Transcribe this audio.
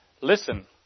Listen